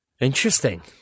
Interesting